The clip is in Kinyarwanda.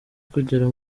kugera